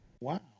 Wow